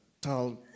Tal